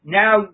now